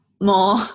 more